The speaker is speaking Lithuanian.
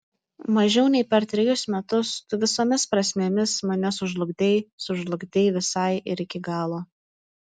mažiau nei per trejus metus tu visomis prasmėmis mane sužlugdei sužlugdei visai ir iki galo